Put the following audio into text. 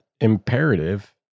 imperative